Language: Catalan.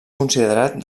considerat